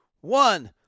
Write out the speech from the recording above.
one